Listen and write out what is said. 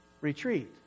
retreat